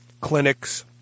clinics